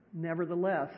Nevertheless